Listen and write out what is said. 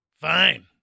Fine